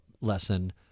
lesson